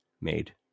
made